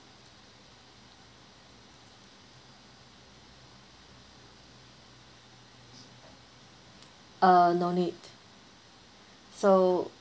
uh no need so